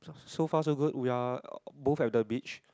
so far so good we're both at the beach